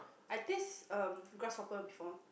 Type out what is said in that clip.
I taste um grasshopper before